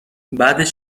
بعدش